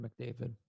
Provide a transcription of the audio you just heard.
McDavid